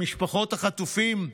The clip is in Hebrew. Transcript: משפחות החטופים,